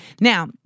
now